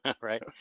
Right